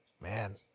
Man